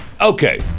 Okay